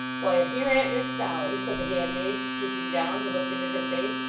why, if here an't miss dolly said the handmaid, stooping down to look into her face,